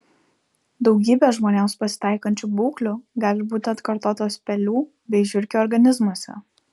daugybė žmonėms pasitaikančių būklių gali būti atkartotos pelių bei žiurkių organizmuose